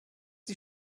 die